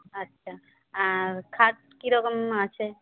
আচ্ছা আর খাট কীরকম আছে